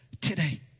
today